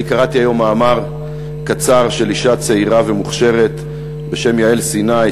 אני קראתי היום מאמר קצר של אישה צעירה ומוכשרת בשם יעל סיני,